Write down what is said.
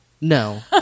No